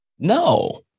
No